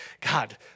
God